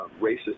racist